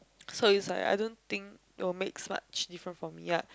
so it's like I don't think it will makes much difference for me ya